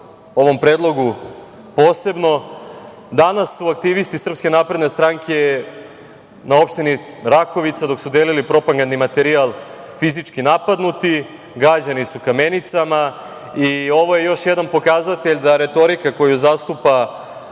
Ovo je još jedan pokazatelj da retorika koju zastupa